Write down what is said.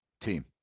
team